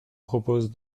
propose